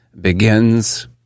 begins